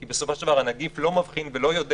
כי בסופו של דבר הנגיף לא מבחין ולא יודע